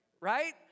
Right